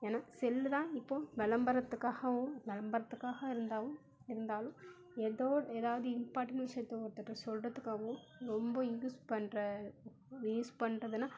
ஏன்னா செல்லு தான் இப்போது விளம்பரத்துக்காகவும் விளம்பரத்துக்காக இருந்தாவும் இருந்தாலும் ஏதோ ஏதாவது இம்பார்ட்டன் விஷயத்த ஒருத்தர்கிட்ட சொல்கிறதுக்காகவும் ரொம்ப யூஸ் பண்ணுற யூஸ் பண்ணுறதுனா